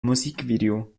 musikvideo